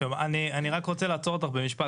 אני רק רוצה לעצור אותך במשפט.